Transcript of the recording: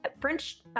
French